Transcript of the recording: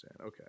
Okay